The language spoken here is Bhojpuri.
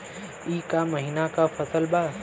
ई क महिना क फसल बा?